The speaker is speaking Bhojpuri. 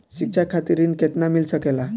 शिक्षा खातिर ऋण केतना मिल सकेला?